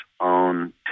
own